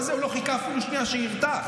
הוא לא חיכה אפילו שנייה שירתח.